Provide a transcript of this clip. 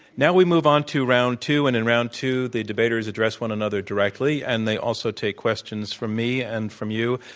now, we move on to round two. and in round two, the debaters address one another directly, and they also take questions from me and from you,